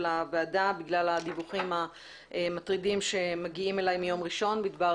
הוועדה בגלל הדיווחים המטרידים שמגיעים אלי מיום ראשון בדבר